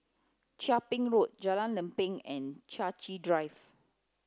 Chia Ping Road Jalan Lempeng and Chai Chee Drive